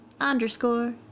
underscore